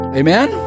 amen